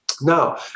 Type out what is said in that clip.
Now